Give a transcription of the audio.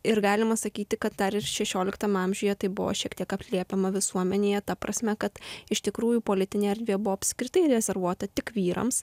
ir galima sakyti kad dar ir šešioliktam amžiuje tai buvo šiek tiek atliepiama visuomenėje ta prasme kad iš tikrųjų politinė erdvė buvo apskritai rezervuota tik vyrams